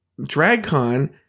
Dragcon